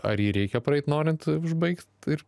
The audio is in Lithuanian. ar jį reikia praeit norint užbaigt ir